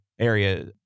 Area